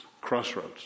Crossroads